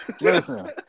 listen